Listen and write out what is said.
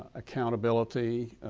accountability,